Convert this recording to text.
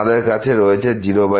আমাদের কাছে রয়ে যাচ্ছে 00